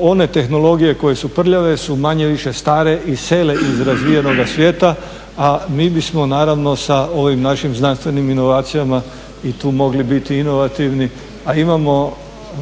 One tehnologije koje su prljave su manje-više stare i sele iz razvijenoga svijeta a mi bismo naravno sa ovim našim znanstvenim inovacijama i tu mogli biti inovativni. A imamo